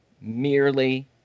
merely